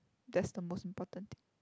that's the most important thing